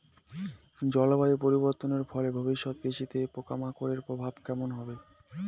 জলবায়ু পরিবর্তনের ফলে ভবিষ্যতে কৃষিতে পোকামাকড়ের প্রভাব কেমন হবে?